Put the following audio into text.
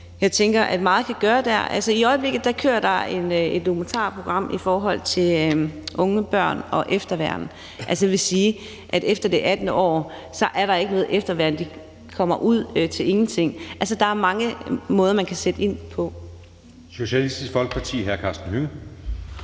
Jeg tænker, at meget kan gøres dér. I øjeblikket kører der et dokumentarprogram om unge, børn og efterværn. Jeg vil sige, at efter det 18. år, er der ikke noget efterværn, og de kommer ud til ingenting. Der er mange måder, man kan sætte ind på. Kl. 20:18 Anden næstformand